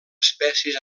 espècies